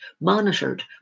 monitored